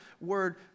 word